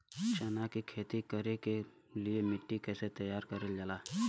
चना की खेती कर के लिए मिट्टी कैसे तैयार करें जाला?